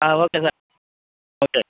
okay sir okay